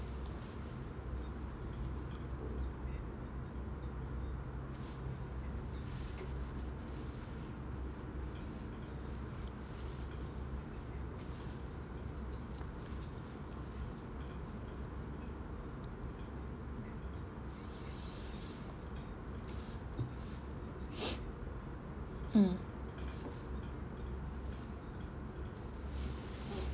mm